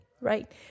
right